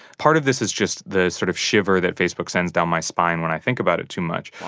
part of this is just the sort of shiver that facebook sends down my spine when i think about it too much.